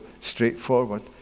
straightforward